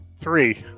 Three